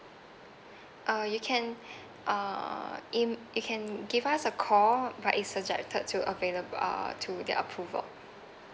uh you can err in you can give us a call but it's subjected to available uh to the approval